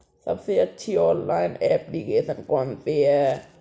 सबसे अच्छी online application कौन सी है?